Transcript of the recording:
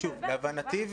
להבנתי,